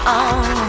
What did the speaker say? on